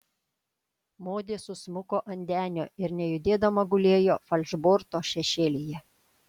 modė susmuko ant denio ir nejudėdama gulėjo falšborto šešėlyje